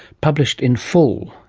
published in full,